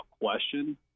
question